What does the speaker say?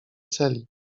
celi